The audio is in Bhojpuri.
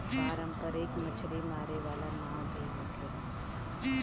पारंपरिक मछरी मारे वाला नाव भी होखेला